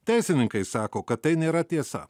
teisininkai sako kad tai nėra tiesa